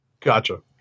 Gotcha